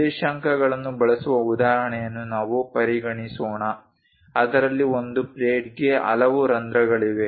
ನಿರ್ದೇಶಾಂಕಗಳನ್ನು ಬಳಸುವ ಉದಾಹರಣೆಯನ್ನು ನಾವು ಪರಿಗಣಿಸೋಣ ಅದರಲ್ಲಿ ಒಂದು ಪ್ಲೇಟ್ಗೆ ಹಲವು ರಂಧ್ರಗಳಿವೆ